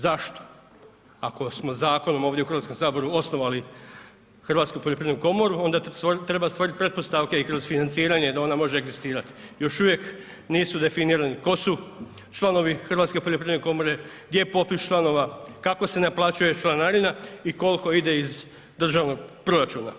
Zašto, ako smo zakonom ovdje u HS osnovali Hrvatsku poljoprivrednu komoru onda treba stvorit pretpostavke i kroz financiranje da ona može egzistirat, još uvijek nisu definirani tko su članovi Hrvatske poljoprivredne komore, gdje je popis članova, kako se naplaćuje članarina i kolko ide iz državnog proračuna.